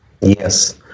yes